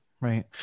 right